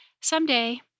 Someday